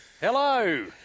Hello